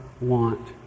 want